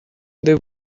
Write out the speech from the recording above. they